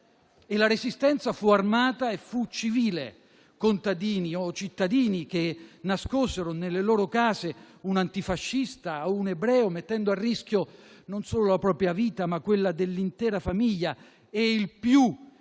la Resistenza fu armata e fu civile: contadini o cittadini che nascosero nelle loro case un antifascista o un ebreo, mettendo a rischio non solo la propria vita, ma quella dell'intera famiglia, e il più delle